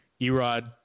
Erod